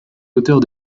hauteurs